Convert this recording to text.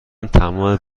تمام